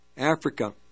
Africa